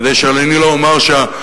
כדי שאני לא אומר שהמדיניות,